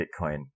Bitcoin